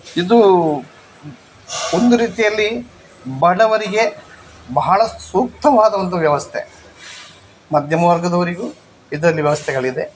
ಇದು ಒಂದು ರೀತಿಯಲ್ಲಿ ಬಡವರಿಗೆ ಬಹಳ ಸೂಕ್ತವಾದ ಒಂದು ವ್ಯವಸ್ಥೆ ಮಧ್ಯಮ ವರ್ಗದವರಿಗೂ ಇದರಲ್ಲಿ ವ್ಯವಸ್ಥೆಗಳಿದೆ